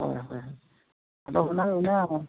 ᱦᱳᱭ ᱦᱳᱭ ᱟᱫᱚ ᱚᱱᱟ